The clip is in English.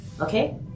okay